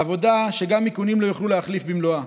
עבודה שגם איכונים לא יוכלו להחליף אותה במלואה.